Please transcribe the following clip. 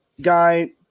guy